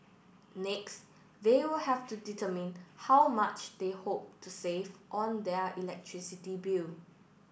next they will have to determine how much they hope to save on their electricity bill